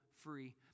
free